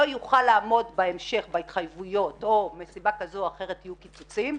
לא יוכל לעמוד בהמשך בהתחייבויות או מסיבה כזו או אחרת יהיו קיצוצים,